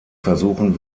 versuchen